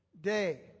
day